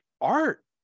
art